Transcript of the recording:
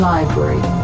Library